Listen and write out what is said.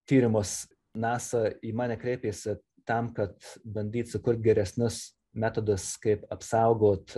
tyrimus nasa į mane kreipėsi tam kad bandyt sukurt geresnius metodus kaip apsaugot